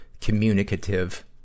communicative